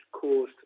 caused